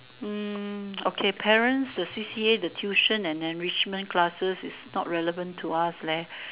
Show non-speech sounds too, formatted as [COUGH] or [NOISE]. mm [NOISE] okay parents the C_C_A the tuition and enrichment classes is not relevant to us leh